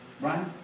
Right